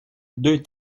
deux